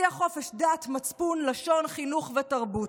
תבטיח חופש דת, מצפון, לשון, חינוך, ותרבות".